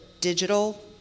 digital